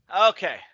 okay